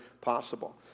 possible